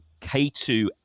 k2